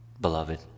beloved